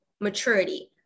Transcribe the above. maturity